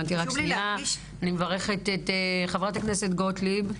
אני מברכת את חברות הכנסת גוטליב,